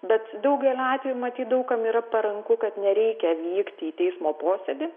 bet daugeliu atveju matyt daug kam yra paranku kad nereikia vykti į teismo posėdį